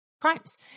crimes